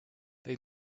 they